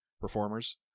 performers